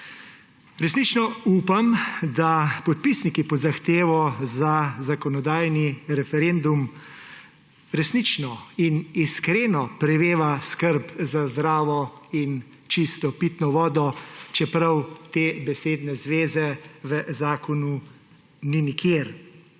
Resnično upam, da podpisnike pod zahtevo za zakonodajni referendum resnično in iskreno preveva skrb za zdravo in čisto pitno vodo, čeprav te besedne zveze v zakonu ni nikjer.